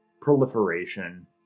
proliferation